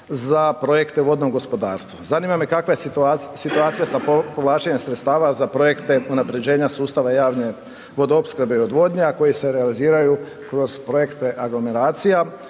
za projekte vodnog gospodarstva. Zanima me kakva je situacija sa povlačenjem sredstava za projekte unaprjeđenja sustava javne vodoopskrbe i odvodnje, a koji se realiziraju kroz projekte aglomeracija